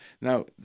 Now